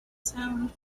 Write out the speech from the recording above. sound